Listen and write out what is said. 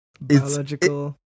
biological